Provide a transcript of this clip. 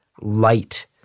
light